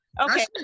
Okay